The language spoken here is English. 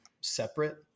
separate